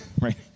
right